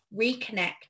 reconnect